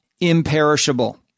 imperishable